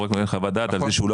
הוא רק נותן חוות דעת על זה שהוא לא